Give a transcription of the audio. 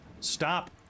Stop